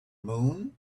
moon